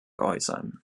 äußern